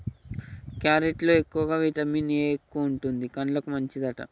carrot లో ఎక్కువగా vitamin A ఎక్కువుంటది, కండ్లకు మంచిదట